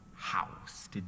house